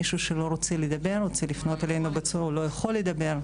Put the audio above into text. מישהו שלא רוצה לדבר או לא יכול לדבר.